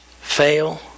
fail